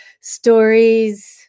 stories